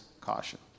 caution